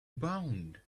bound